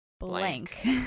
blank